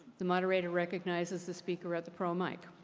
the moderator recognizes the speaker at the pro mic.